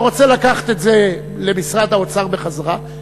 אתה רוצה לקחת את זה למשרד האוצר בחזרה,